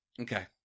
Okay